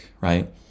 right